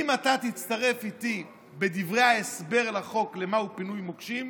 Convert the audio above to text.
אם אתה תצטרף אליי בדברי ההסבר לחוק מהו פינוי מוקשים,